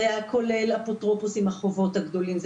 כולל האפוטרופוס עם החובות הגדולים,